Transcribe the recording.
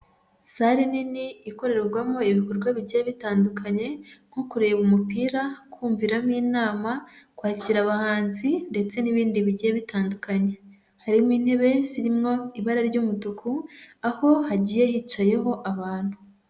Sale nini ikorerwamo ibikorwa bigiye bitandukanye nko kureba umupira, kumviramo inama, kwakira abahanzi ndetse n'ibindi bigiye bitandukanye. Harimo intebe zirimwo ibara ry'umutuku, aho hagiye hicayeho abantu.